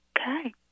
Okay